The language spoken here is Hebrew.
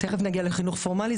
תכף נגיע לחינוך פורמלי.